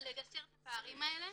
לגשר על הפערים האלה.